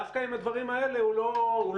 דווקא עם הדברים האלה הוא לא שמח.